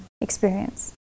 experience